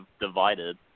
divided